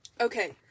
Okay